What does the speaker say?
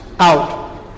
out